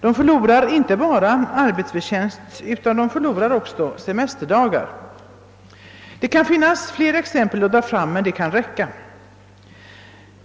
De förlorar inte bara arbetsförtjänst utan också semesterdagar. Det finns fler exempel att dra fram, men det kan räcka med dessa.